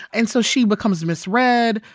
and so she becomes misread.